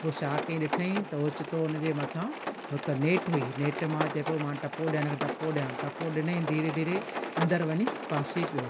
पोइ छा कई ॾिठई त ओचितो उनजे मथा हिकु नेट हुई नेट मां चए पियो मां टपो ॾेआ इनखे टपो ॾेआ टपो ॾिनई धीरे धीरे अंदररि वञी फासी पियो